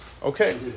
Okay